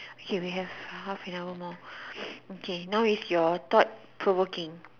okay we have half an hour more okay now is your thought provoking